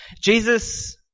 Jesus